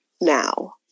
now